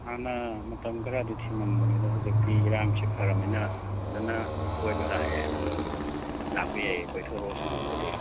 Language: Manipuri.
ꯍꯥꯟꯅ ꯃꯇꯝ ꯈꯔꯗꯤ ꯊꯤꯡꯉꯝꯕꯅꯦ ꯑꯗꯣ ꯍꯧꯖꯤꯛꯇꯤ ꯏꯔꯥꯡꯁꯦ ꯐꯔꯕꯅꯤꯅ ꯐꯖꯅ ꯀꯣꯏꯕ ꯂꯥꯛꯑꯦ ꯑꯗꯨꯝ ꯂꯥꯛꯄ ꯌꯥꯏꯌꯦ ꯀꯣꯏꯊꯣꯔꯛꯑꯣ ꯁꯪꯉꯒꯗꯤ